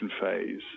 phase